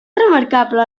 remarcable